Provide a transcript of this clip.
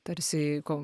tarsi ko